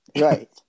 Right